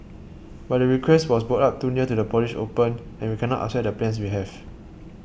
but the request was brought up too near to the Polish Open and we cannot upset the plans we have